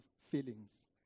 feelings